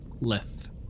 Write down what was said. Leth